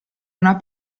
una